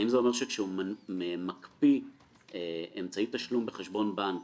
האם זה אומר שכשהוא מקפיא אמצעי תשלום בחשבון בנק